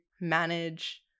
manage